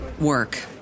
work